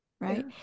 right